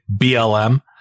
blm